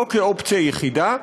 לא כאופציה יחידה.